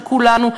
של כולנו,